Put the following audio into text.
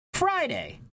Friday